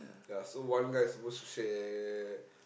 ya so one guy is supposed to share